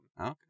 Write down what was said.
Okay